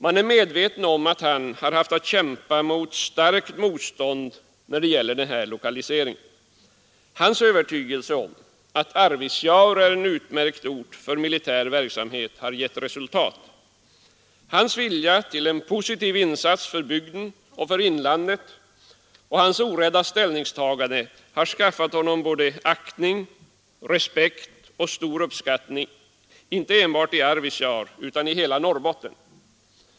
Man är medveten om att han fått kämpa mot starkt motstånd när det gäller lokaliseringen. Hans övertygelse om att Arvidsjaur är en utmärkt ort för militär verksamhet har gett resultat. Hans vilja till en positiv insats för bygden och för inlandet och hans orädda ställningstagande har skaffat honom såväl aktning som respekt och stor uppskattning inte enbart i Arvidsjaur utan i hela Norrbotten.